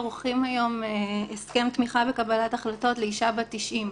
עורכים היום הסכם תמיכה בקבלת החלטות לאישה בת 90,